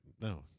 No